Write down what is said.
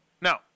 Now